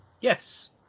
Yes